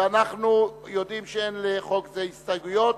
ואנחנו יודעים שאין לחוק זה הסתייגויות,